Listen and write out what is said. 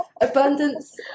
abundance